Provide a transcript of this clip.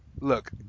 look